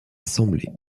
assemblés